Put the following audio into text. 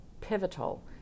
pivotal